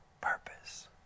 purpose